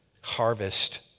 harvest